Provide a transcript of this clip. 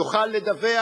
יוכל לדווח,